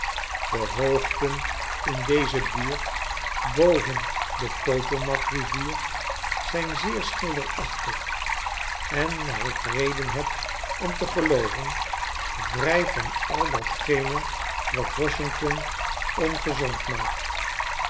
de hoogten in deze buurt boven de potomac rivier zijn zeer schilderachtig ennaar ik reden heb om te gelooven vrij van al datgene wat washington ongezond maakt